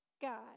God